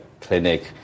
clinic